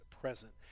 present